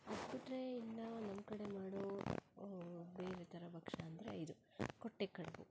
ಅದು ಬಿಟ್ಟರೆ ಇನ್ನು ನಮ್ಮ ಕಡೆ ಮಾಡೋ ಬೇರೆ ಥರ ಭಕ್ಷ್ಯ ಅಂದರೆ ಇದು ಕೊಟ್ಟೆ ಕಡುಬು